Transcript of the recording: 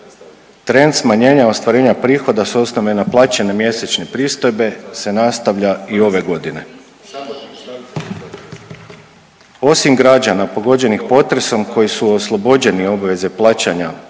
Trend smanjenja ostvarenja prihoda s osnove naplaćene mjesečne pristojbe se nastavlja i ove godine. Osim građana pogođenih potresom koji su oslobođeni obveze plaćanja